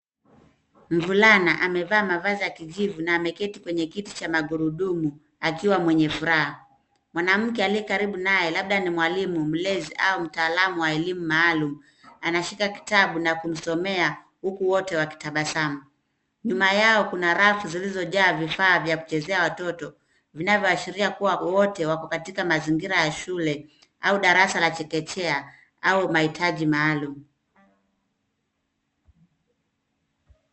Mvulana amevaa mavazi ya kijivu na ameketi kwenye kiti cha magurudumu akiwa mwenye furaha. Mwanamke aliye karibu naye labda ni mwalimu, mlezi au mtaalamu wa elimu maalum anashika kitabu na kumsomea huku wote wakitabasamu. Nyuma yao kuna rafu zilizojaa vifaa vya kuchezea watoto vinavyoashiria kuwa wote wako katika mazingira ya shule au darasa la chekechea au mahitaji maalum.